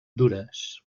dures